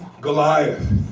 Goliath